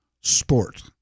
Sport